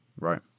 right